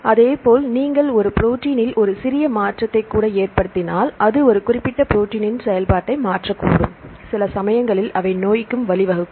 எனவே அதேபோல் நீங்கள் ஒரு ப்ரோடீன்னில் ஒரு சிறிய மாற்றத்தை கூட ஏற்படுத்தினால் அது ஒரு குறிப்பிட்ட ப்ரோடீன்னின் செயல்பாட்டை மாற்றக்கூடும் சில சமயங்களில் அவை நோய்க்கும் வழிவகுக்கும்